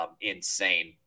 insane